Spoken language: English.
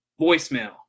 Voicemail